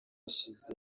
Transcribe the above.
ishize